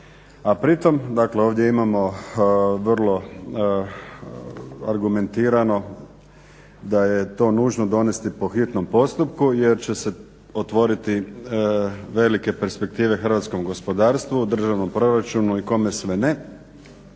A pritom, dakle ovdje imamo vrlo argumentirano da je to nužno donesti po hitnom postupku jer će se otvoriti velike perspektive hrvatskom gospodarstvu, državnom proračunu i kome sve ne,